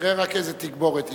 תראה רק איזה תגבורת הגיעה.